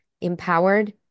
empowered